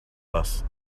less